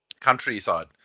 countryside